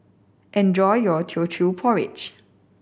enjoy your Teochew Porridge